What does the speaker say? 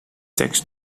tekst